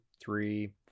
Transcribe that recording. three